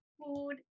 food